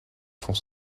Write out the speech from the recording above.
font